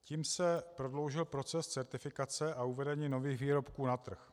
Tím se prodloužil proces certifikace a uvedení nových výrobků na trh.